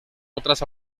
otras